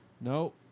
No